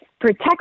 protect